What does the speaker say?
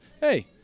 hey